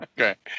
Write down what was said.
okay